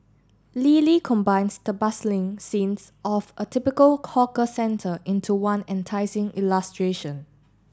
Lily combines the bustling scenes of a typical hawker centre into one enticing illustration